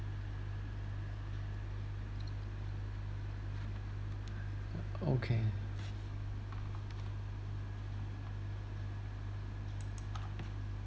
uh okay